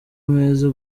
ameze